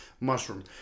mushroom